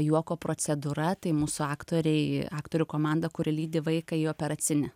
juoko procedūra tai mūsų aktoriai aktorių komanda kuri lydi vaiką į operacinę